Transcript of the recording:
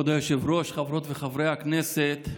כבוד היושב-ראש, חברות וחברי הכנסת,